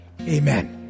Amen